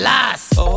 Last